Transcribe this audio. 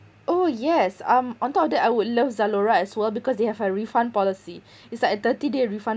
oh yes um on top of that I would love Zalora as well because they have a refund policy it's like a thirty day refund